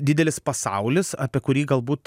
didelis pasaulis apie kurį galbūt